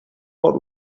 what